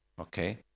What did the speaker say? Okay